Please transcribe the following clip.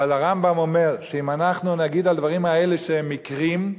אבל הרמב"ם אומר שאם אנחנו נגיד על הדברים האלה שהם מקרים,